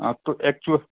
आप तो ऐक्चु